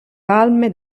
palme